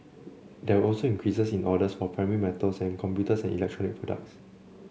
there were also increases in orders for primary metals and computers and electronic products